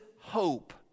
hope